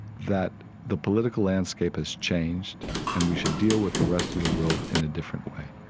that the political landscape has changed and we should deal with the rest of the world in a different way?